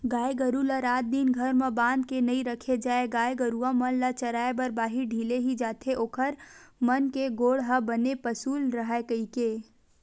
गाय गरु ल रात दिन घर म बांध के नइ रखे जाय गाय गरुवा मन ल चराए बर बाहिर ढिले ही जाथे ओखर मन के गोड़ ह बने पसुल राहय कहिके